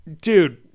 dude